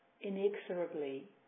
inexorably